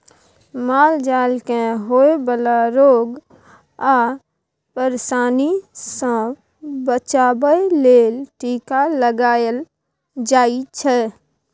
माल जाल केँ होए बला रोग आ परशानी सँ बचाबे लेल टीका लगाएल जाइ छै